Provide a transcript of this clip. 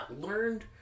learned